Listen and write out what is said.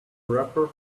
rapper